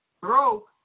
Broke